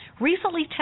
recently